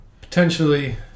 potentially